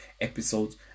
episodes